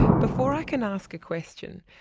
before i can ask a question,